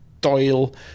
Doyle